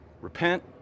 Repent